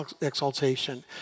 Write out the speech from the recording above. exaltation